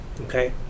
okay